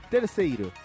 Terceiro